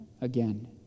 again